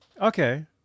okay